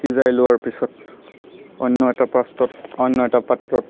সিজাই লোৱাৰ পিছত অন্য এটা প্ৰাচতত অন্য এটা পাত্ৰত